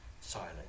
silent